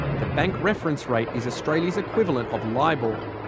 the bank reference rate is australia's equivalent of libor.